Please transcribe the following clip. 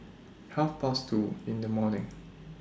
Half Past two in The morning